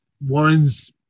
Warren's